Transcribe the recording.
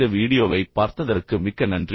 இந்த வீடியோவைப் பார்த்ததற்கு மிக்க நன்றி